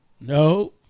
No